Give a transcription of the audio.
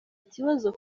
kibazo